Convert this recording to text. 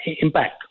impact